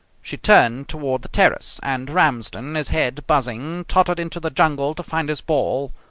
she turned toward the terrace, and ramsden, his head buzzing, tottered into the jungle to find his ball,